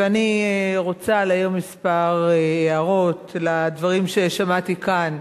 ואני רוצה להעיר כמה הערות לדברים ששמעתי כאן.